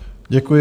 Děkuji.